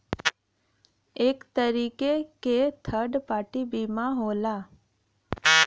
एक तरीके क थर्ड पार्टी बीमा होला